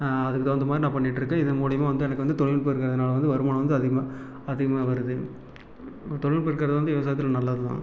அதுக்கு தகுந்த மாதிரி நான் பண்ணிகிட்ருக்கேன் இதன் மூலயமா வந்து எனக்கு வந்து தொழில்நுட்பம் இருக்கிறதுனால வந்து வருமானம் வந்து அதிகமாக அதிகமாக வருது தொழில்நுட்பம் இருக்கிறது வந்து விவசாயத்தில் நல்லதுதான்